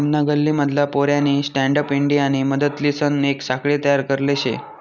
आमना गल्ली मधला पोऱ्यानी स्टँडअप इंडियानी मदतलीसन येक साखळी तयार करले शे